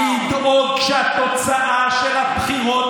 המשמעות האמיתית של הבחירות